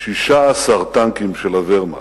16 טנקים של הוורמאכט.